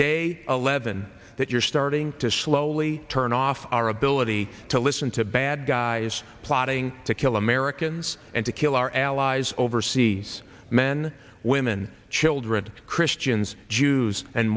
day eleven that you're starting to slowly turn off our ability to listen to bad guys plotting to kill americans and to kill our allies overseas men women children christians jews and